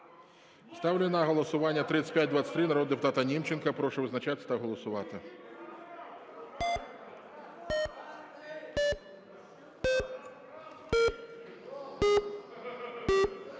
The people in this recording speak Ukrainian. Ставлю на голосування 3981 народного депутата Німченка. Прошу визначатися та голосувати.